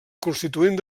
constituent